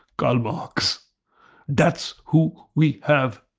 karl marx that's who we have,